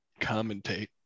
commentate